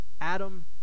Adam